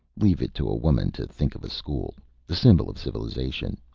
leave it to a woman to think of a school the symbol of civilization,